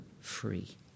free